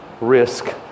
risk